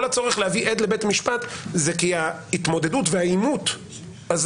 כל הצורך להביא עד לבית משפט זה כי ההתמודדות והעימות הזה,